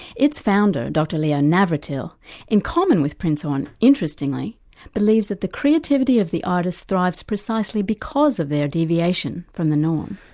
it's founder dr leo navratil in common with prinzhorn interestingly believes that the creativity of the artist thrives precisely because of their deviation from the norm.